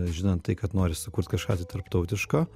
žinant tai kad nori sukurt kažką tai tarptautiško